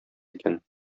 икән